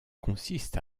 consiste